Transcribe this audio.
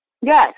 Yes